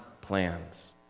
plans